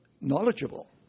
knowledgeable